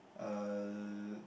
um